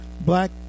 black